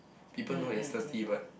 people know that he's thirsty but